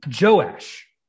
Joash